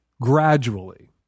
gradually